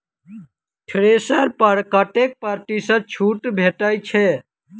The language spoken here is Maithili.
थ्रेसर पर कतै प्रतिशत छूट भेटय छै?